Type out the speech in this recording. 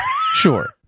Sure